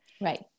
Right